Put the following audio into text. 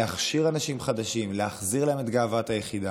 להכשיר אנשים חדשים, להחזיר להם את גאוות היחידה,